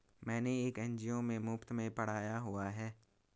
मैंने एक एन.जी.ओ में मुफ़्त में पढ़ाया हुआ है